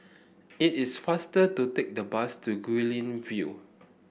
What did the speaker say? it is faster to take the bus to Guilin View